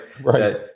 Right